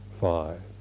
five